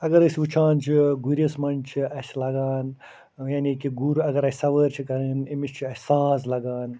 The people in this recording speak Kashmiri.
اگر أسۍ وُچھان چھِ گُرِس مَنٛز چھِ اسہِ لَگان یعنی کہ گُر اگر اسہِ سَوٲرۍ چھِ کَرٕنۍ أمس چھُ اسہِ ساز لَگان